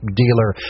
dealer